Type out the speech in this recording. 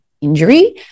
injury